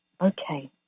Okay